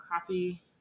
coffee